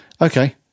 Okay